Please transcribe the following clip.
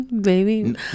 Baby